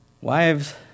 Wives